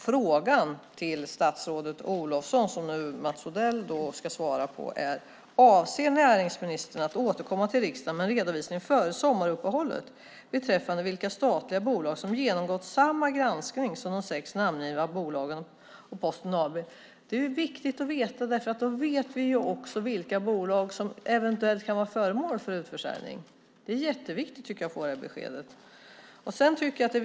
Frågan till statsrådet Olofsson, som alltså Mats Odell svarar på, var: Avser näringsministern att återkomma till riksdagen med en redovisning före sommaruppehållet beträffande vilka statliga bolag som genomgått samma granskning som de sex namngivna bolagen och Posten AB? Det är viktigt, för då vet vi också vilka bolag som eventuellt kan vara föremål för utförsäljning. Det är jätteviktigt att få det beskedet.